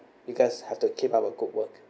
you guys have to keep up a good work